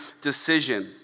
decision